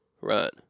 Right